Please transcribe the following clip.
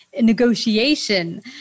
negotiation